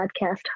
podcast